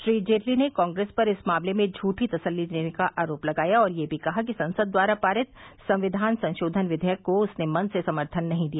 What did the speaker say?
श्री जेटली ने कांग्रेस पर इस मामले में झूठी तसल्ली देने का आरोप लगाया और यह भी कहा कि संसद द्वारा पारित संविधान संशोधन विधेयक को उसने मन से समर्थन नहीं दिया